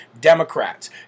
Democrats